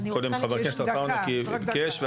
חבר הכנסת עטאונה ביקש לדבר.